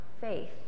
faith